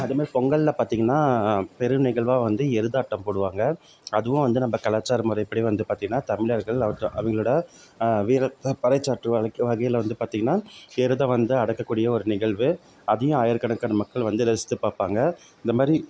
அதுமாதிரி பொங்கலில் பார்த்திங்கன்னா பெரும் நிகழ்வா வந்து எருதாட்டம் போடுவாங்க அதுவும் வந்து நம்ம கலாச்சார முறைப்படி வந்து பார்த்திங்கன்னா தமிழர்கள் அவற்றை அவங்களோட வீரத்தை பறைசாற்றும் வகையில் வந்து பார்த்திங்கன்னா எருதை வந்து அடக்கக்கூடிய ஒரு நிகழ்வு அதையும் ஆயிரக்கணக்கான மக்கள் வந்து ரசித்து பார்ப்பாங்க இந்த மாதிரி